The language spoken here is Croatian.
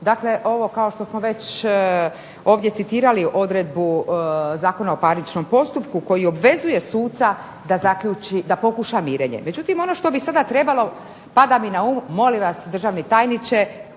Dakle, ovo što smo ovdje već citirali odredbu Zakona o parničnom postupku koji obvezuje suca da pokuša mirenje. Međutim, ono što bi sada trebalo pada mi na um, molim vas državni tajniče